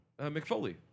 McFoley